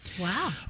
Wow